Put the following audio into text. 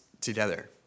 together